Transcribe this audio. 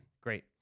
Great